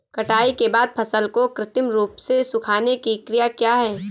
कटाई के बाद फसल को कृत्रिम रूप से सुखाने की क्रिया क्या है?